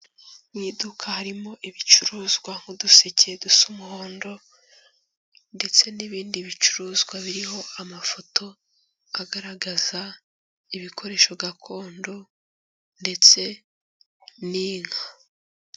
Mu iduka harimo ibicuruzwa nk'uduseke dusa umuhondo ndetse n'ibindi bicuruzwa biriho amafoto agaragaza ibikoresho gakondo ndetse n'inka.